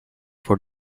for